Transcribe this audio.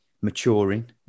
maturing